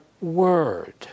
word